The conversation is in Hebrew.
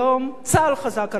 צה"ל חזק על ה"חמאס".